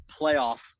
playoff